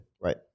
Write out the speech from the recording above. Right